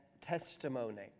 testimony